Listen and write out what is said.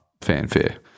fanfare